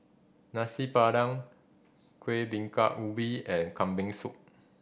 Nasi Padang Kuih Bingka Ubi and Kambing Soup